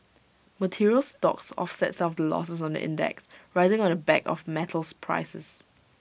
materials stocks offset some of the losses on the index rising on the back of metals prices